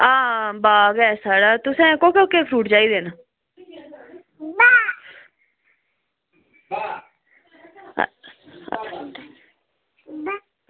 आं बाग ऐ साढ़ा तुसें कोह्के कोह्के फ्रूट चाहिदे न